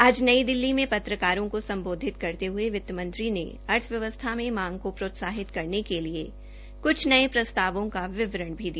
आज नई दिल्ली में पत्रकारों को संशोधित करते हुये वित्त मंत्री ने अर्थव्यवस्था में मांग को बढ़ाने के लिए कुछ नये प्रस्तावों का विवरण दिया